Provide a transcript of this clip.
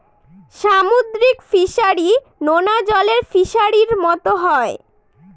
সামুদ্রিক ফিসারী, নোনা জলের ফিসারির মতো হয়